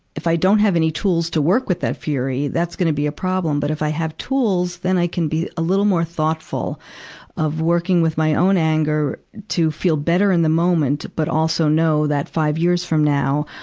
if i don't have any tools to work with that fury, that's gonna be a problems. but if i have tools, then i can be a little more thoughtful of working with my own anger to feel better in the moment, but also know that five years from now,